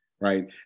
right